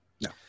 No